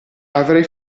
avrei